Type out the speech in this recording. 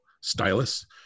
stylus